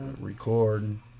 Recording